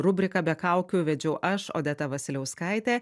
rubriką be kaukių vedžiau aš odeta vasiliauskaitė